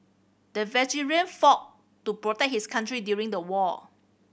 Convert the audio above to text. the veteran fought to protect his country during the war